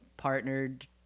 partnered